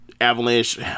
avalanche